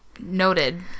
noted